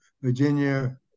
Virginia